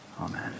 Amen